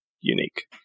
unique